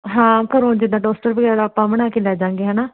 ਹਾਂ ਘਰੋਂ ਜਿੱਦਾਂ ਟੋਸਟਰ ਵਗੈਰਾ ਆਪਾਂ ਬਣਾ ਕੇ ਲੈ ਜਾਂਗੇ ਹੈ ਨਾ